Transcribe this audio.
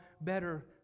better